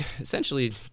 essentially